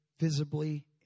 visibly